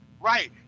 Right